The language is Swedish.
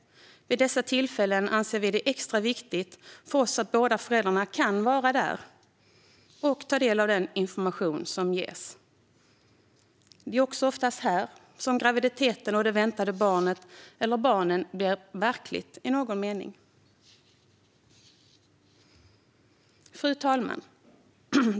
Vid dessa tillfällen är det extra viktigt att båda föräldrarna kan vara med och ta del av den information som ges. Det är också oftast då som graviditeten och det väntade barnet eller barnen i någon mening blir verkliga. Fru talman!